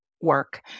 work